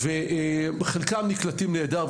חלקם נקלטים נהדר,